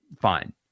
fine